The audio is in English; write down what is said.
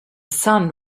sun